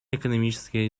экономической